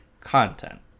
content